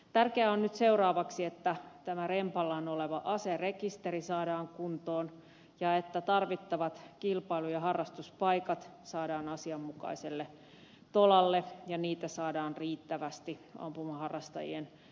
tärkeää on nyt seuraavaksi että tämä rempallaan oleva aserekisteri saadaan kuntoon ja että tarvittavat kilpailu ja harrastuspaikat saadaan asianmukaiselle tolalle ja niitä saadaan riittävästi ampumaharrastajien ulottuville